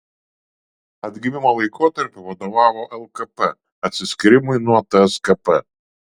atgimimo laikotarpiu vadovavo lkp atsiskyrimui nuo tskp